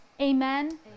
amen